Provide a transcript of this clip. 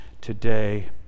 today